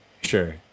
Sure